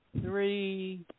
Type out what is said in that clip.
three